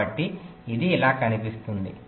కాబట్టి ఇది ఇలా కనిపిస్తుంది